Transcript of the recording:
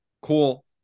cool